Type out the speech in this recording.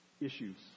issues